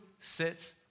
sits